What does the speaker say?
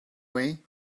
way